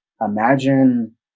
imagine